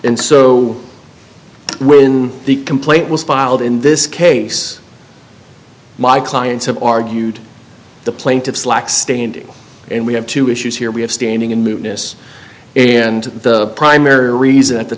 and so when the complaint was filed in this case my clients have argued the plaintiffs lack standing and we have two issues here we have standing and moved this and the primary reason at the